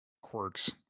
quirks